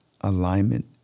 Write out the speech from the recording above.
alignment